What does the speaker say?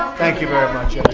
thank you very much